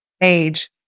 age